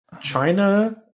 China